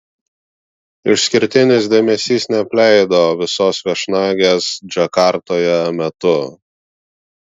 išskirtinis dėmesys neapleido visos viešnagės džakartoje metu